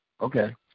Okay